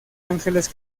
ángeles